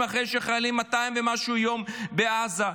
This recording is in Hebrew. אחרי שהחיילים 200 ומשהו יום בעזה?